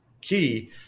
key